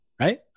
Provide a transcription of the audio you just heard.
Right